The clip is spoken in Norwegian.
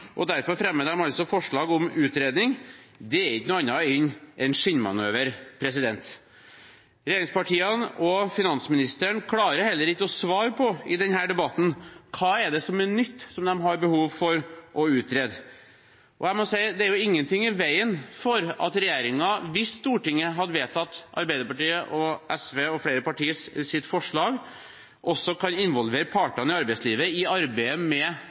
og derfor fremmer de altså forslag om utredning. Det er ikke noe annet enn en skinnmanøver. Regjeringspartiene og finansministeren klarer heller ikke i denne debatten å svare på hva som er nytt som de har behov for å utrede. Det er jo ingenting i veien for at regjeringen – hvis Stortinget hadde vedtatt Arbeiderpartiets, SVs og flere partiers forslag – også kan involvere partene i arbeidslivet i arbeidet med